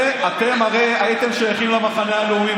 אתם הרי הייתם שייכים למחנה הלאומי,